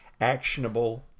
actionable